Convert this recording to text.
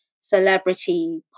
celebrity